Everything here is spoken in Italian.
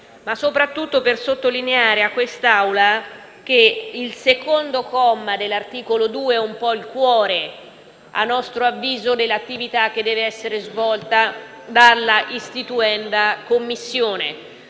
soprattutto per sottolineare a quest'Assemblea che il secondo comma dell'articolo 2 è un po' il cuore, a nostro avviso, dell'attività che deve essere svolta dalla istituenda Commissione.